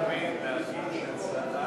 מהביטוח הלאומי להכין לי הצעה